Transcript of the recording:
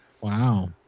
wow